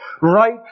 right